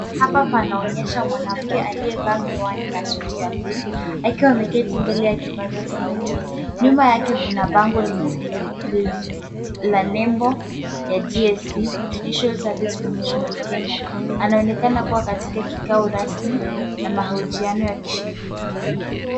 Hapa panaonyesha mwanamke aliyevaa miwani na suti ya buluu, akiwa ameketi mbele ya kipaza sauti. Nyuma yake kuna bango la nembo ya GSE Judicial Service of Kenya . Anaaonekana kuwa katika kikao rasmi ya mahojiano ya kisheria.